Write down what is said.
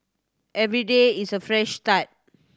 every day is a fresh start